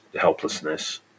helplessness